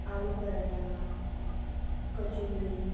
aloo paratha kachori